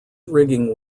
rigging